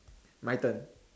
my turn